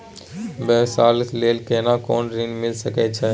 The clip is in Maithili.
व्यवसाय ले केना कोन ऋन मिल सके छै?